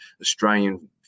Australian